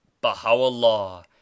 baha'u'llah